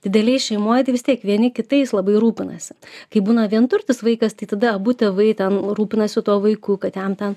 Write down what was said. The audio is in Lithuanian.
didelėj šeimoj tai vis tiek vieni kitais labai rūpinasi kai būna vienturtis vaikas tai tada abu tėvai ten rūpinasi tuo vaiku kad jam ten